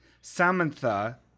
Samantha